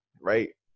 right